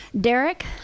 Derek